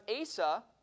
Asa